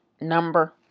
number